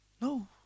No